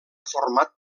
format